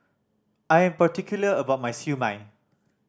I'm particular about my Siew Mai